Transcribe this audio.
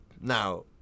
Now